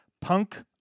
Punk